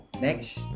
Next